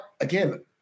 again